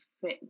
fit